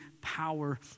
power